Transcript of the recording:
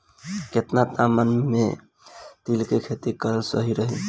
केतना तापमान मे तिल के खेती कराल सही रही?